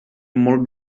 molt